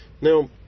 Now